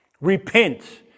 Repent